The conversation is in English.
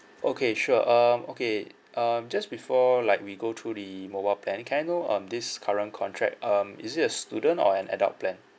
okay sure um okay um just before like we go through the mobile plan can I know um this current contract um is it a student or an adult plan